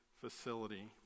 facility